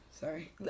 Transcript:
Sorry